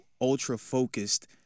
ultra-focused